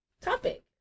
topic